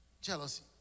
Jealousy